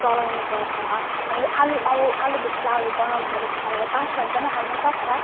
चलाउनु पर्छ हामीले आलु अब आलु भुजियाहरू बनाउँदाखेरि जस्तै हामीले पाँच फरनहरू पनि हाल्नु सक्छ